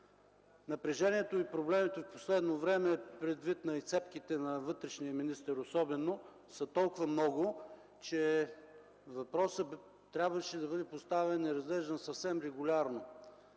Напрежението и проблемите в последно време, особено предвид изцепките на вътрешния министър, са толкова много, че въпросът трябваше да бъде поставен на разглеждане съвсем регулярно.